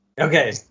Okay